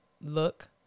look